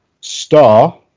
Star